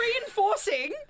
reinforcing